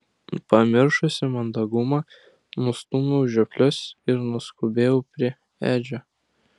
pamiršusi mandagumą nustūmiau žioplius ir nuskubėjau prie edžio